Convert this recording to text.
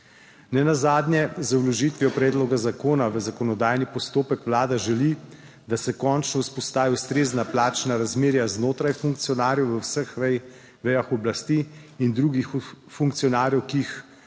Nenazadnje z vložitvijo predloga zakona v zakonodajni postopek vlada želi, da se končno vzpostavi ustrezna plačna razmerja znotraj funkcionarjev v vseh vejah oblasti in drugih funkcionarjev, ki jih kot